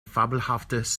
fabelhaftes